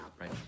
right